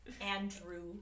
Andrew